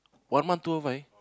one month two o five